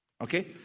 Okay